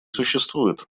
существует